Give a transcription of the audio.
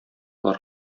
болар